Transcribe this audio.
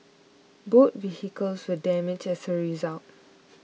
both vehicles were damaged as a result